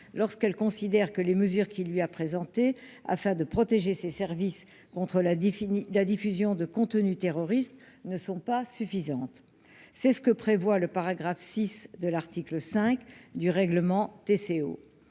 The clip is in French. lorsqu'elle considère que les mesures qui lui a présenté, afin de protéger ces services contre la défini la diffusion de contenus terroristes ne sont pas suffisantes, c'est ce que prévoit le paragraphe 6 de l'article 5 du règlement TCO